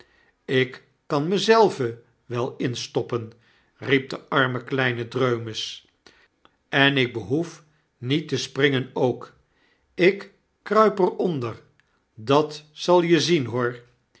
ik kan me zelven wel instoppen riep de arme kleine dreumes en ik behoef niet te springen ook ik kruip er onder dat zal je zien hoor